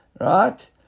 right